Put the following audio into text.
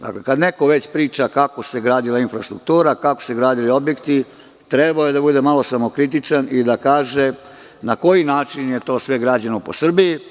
Dakle, kad neko već priča kako se gradila infrastruktura, kako su se gradili objekti, trebao je da bude malo samokritičan i da kaže na koji način je sve to građeno po Srbiji.